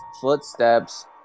footsteps